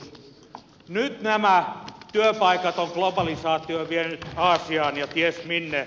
nyt nämä työpaikat on globalisaatio vienyt aasiaan ja ties minne